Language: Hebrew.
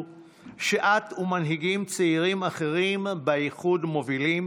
שאת ומנהיגים צעירים אחרים באיחוד מובילים,